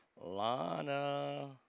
Lana